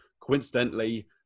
coincidentally